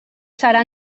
serà